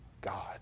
God